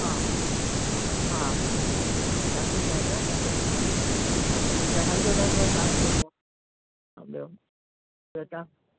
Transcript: हा हा हा हा जिते चवंदा उते मिलंदा तव्हांजो मीटर हलंदो रहंदो तव्हां जीअं ॿियो त तव्हां